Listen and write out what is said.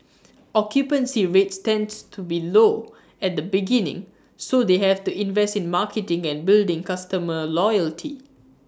occupancy rates tends to be low at the beginning so they have to invest in marketing and building customer loyalty